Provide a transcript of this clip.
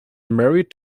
married